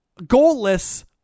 goalless